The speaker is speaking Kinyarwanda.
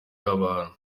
abantu